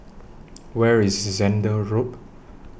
Where IS Zehnder Road